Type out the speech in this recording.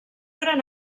gran